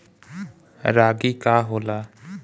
रागी का होला?